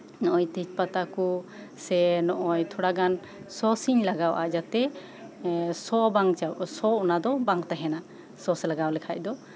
ᱱᱚᱜᱼᱚᱭ ᱛᱮᱡ ᱯᱟᱛᱟ ᱠᱚ ᱥᱮ ᱥᱮ ᱛᱷᱚᱲᱟ ᱜᱟᱱ ᱥᱚᱸᱥᱤᱧ ᱞᱟᱜᱟᱣᱟᱜᱼᱟ ᱡᱟᱛᱮ ᱥᱚ ᱵᱟᱝ ᱪᱟᱵᱟᱜ ᱥᱚ ᱚᱱᱟ ᱫᱚ ᱵᱟᱝ ᱛᱟᱦᱮᱱᱟ ᱥᱚᱸᱥ ᱞᱟᱜᱟᱣ ᱞᱮᱠᱷᱟᱱ ᱫᱚ